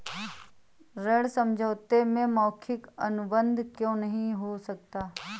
ऋण समझौते में मौखिक अनुबंध क्यों नहीं हो सकता?